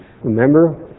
Remember